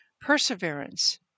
perseverance